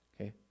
okay